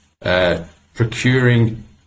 Procuring